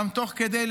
גם תוך כדי,